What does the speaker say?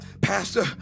Pastor